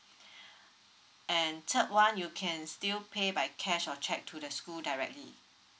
and third one you can still pay by cash or cheque to the school directly